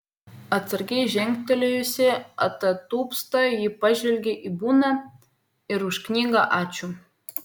atsargiai žengtelėjusi atatupsta ji pažvelgė į buną ir už knygą ačiū